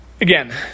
again